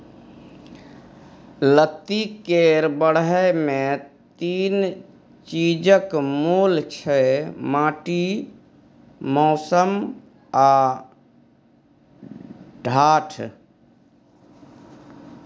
लत्ती केर बढ़य मे तीन चीजक मोल छै माटि, मौसम आ ढाठ